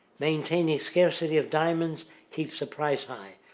maintaining scarcity of diamonds keeps the price high.